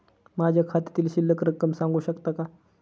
माझ्या खात्यातील शिल्लक रक्कम सांगू शकता का?